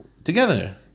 Together